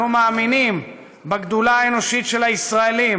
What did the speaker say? אנחנו מאמינים בגדולה האנושית של הישראלים.